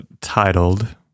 titled